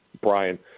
Brian